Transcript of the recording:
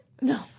No